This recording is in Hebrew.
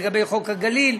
לגבי חוק הגליל,